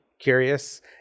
curious